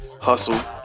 hustle